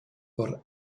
por